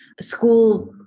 school